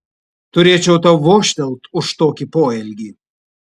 turėčiau tau vožtelt už tokį poelgį